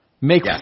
Make